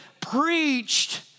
preached